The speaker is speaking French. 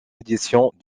éditions